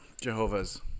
Jehovah's